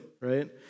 Right